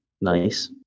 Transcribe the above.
Nice